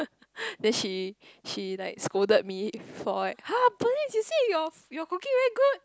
then she she like scolded me for like !huh! Bernice you say your your cooking very good